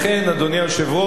אדוני היושב-ראש,